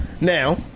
Now